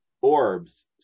orbs